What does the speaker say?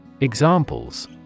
Examples